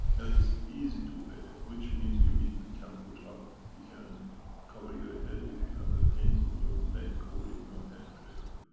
and it's easy to wear which means you immediately can put on. you can cover your head if you have the pains in your neck or in your head with the.